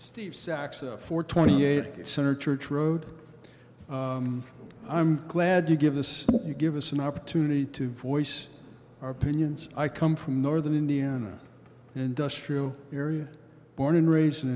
sax for twenty eight center church road i'm glad to give as you give us an opportunity to voice our opinions i come from northern indiana and thus trio area born and raised